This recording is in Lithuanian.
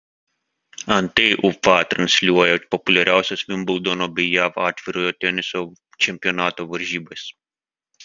antai ufa transliuoja populiariausias vimbldono bei jav atvirojo teniso čempionato varžybas